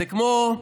זה כמו,